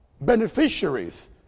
beneficiaries